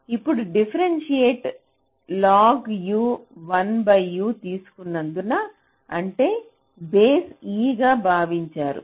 ఇప్పుడు differentiate log 1U తీసుకున్నందున అంటే బేస్ e గా భావించారు